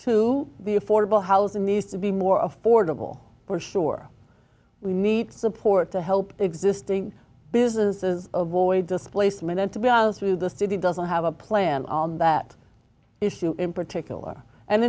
to be affordable housing needs to be more affordable for sure we need support to help existing businesses ovoid displacement and to be out through the city doesn't have a plan on that issue in particular and